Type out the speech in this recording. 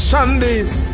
Sunday's